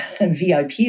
VIP